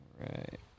right